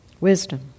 wisdom